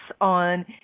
on